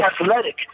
athletic